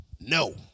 No